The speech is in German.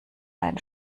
ein